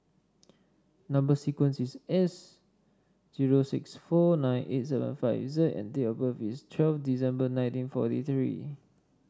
number sequence is S zero six four nine eight seven five Z and date of birth is twelve December nineteen forty three